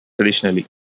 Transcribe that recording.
traditionally